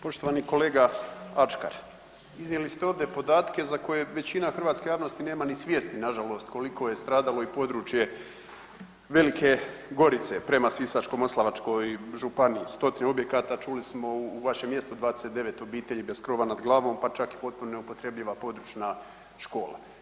Poštovani kolega Ačkar, iznijeli ste ovdje podatke za koje većina hrvatske javnosti nema ni svijesti nažalost koliko je stradalo i područje Velike Gorice prema Sisačko-moslavačkoj županiji, stotine objekata čuli smo, u vašem mjestu 29 obitelji bez krova nad glavom pa čak i potpuno neupotrebljiva područna škola.